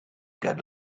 get